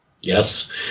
Yes